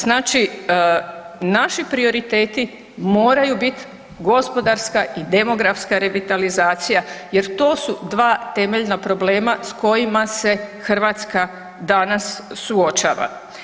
Znači naši prioriteti moraju biti gospodarska i demografska revitalizacija jer to su 2 temeljna problema s kojima se Hrvatska danas suočava.